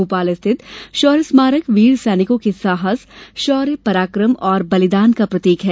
भोपाल स्थित शौर्य स्मारक वीर सैनिकों के साहस शौर्य पराकम और बलिदान का प्रतीक है